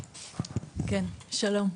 שלום.